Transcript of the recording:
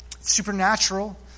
supernatural